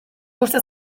uste